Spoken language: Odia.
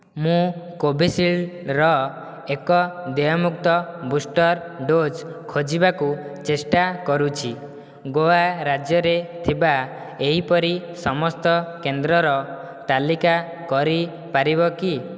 ମୁଁ କୋଭିଶିଲ୍ଡ୍ ର ଏକ ଦେୟମୁକ୍ତ ବୁଷ୍ଟର୍ ଡୋଜ୍ ଖୋଜିବାକୁ ଚେଷ୍ଟା କରୁଛି ଗୋଆ ରାଜ୍ୟରେ ଥିବା ଏହିପରି ସମସ୍ତ କେନ୍ଦ୍ରର ତାଲିକା କରେଇପାରିବ କି